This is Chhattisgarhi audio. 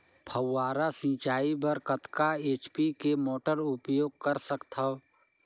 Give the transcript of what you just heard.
फव्वारा सिंचाई बर कतका एच.पी के मोटर उपयोग कर सकथव?